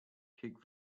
kick